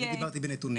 בנתונים.